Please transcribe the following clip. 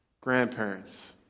grandparents